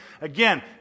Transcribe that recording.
Again